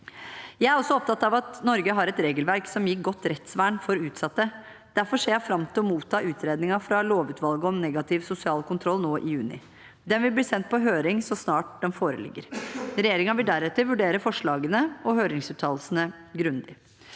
Jeg er også opptatt av at Norge har et regelverk som gir godt rettsvern for utsatte. Derfor ser jeg fram til å motta utredningen fra lovutvalget om negativ sosial kontroll nå i juni. Den vil bli sendt på høring så snart den foreligger. Regjeringen vil deretter vurdere forslagene og høringsuttalelsene grundig.